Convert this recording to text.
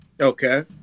Okay